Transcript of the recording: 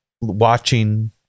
watching